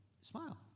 Smile